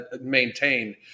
maintain